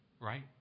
right